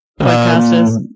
Podcasters